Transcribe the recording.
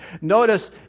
Notice